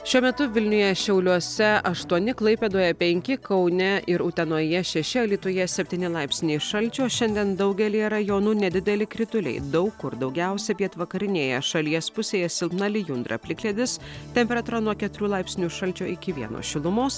šiuo metu vilniuje šiauliuose aštuoni klaipėdoje penki kaune ir utenoje šeši alytuje septyni laipsniai šalčio šiandien daugelyje rajonų nedideli krituliai daug kur daugiausia pietvakarinėje šalies pusėje silpna lijundra plikledis temperatūra nuo keturių laipsnių šalčio iki vieno šilumos